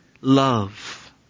love